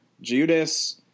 Judas –